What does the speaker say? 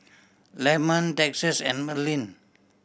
Lemon Texas and Merlin